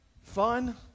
Fun